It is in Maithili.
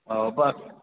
ओऽ बऽस